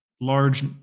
large